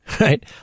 right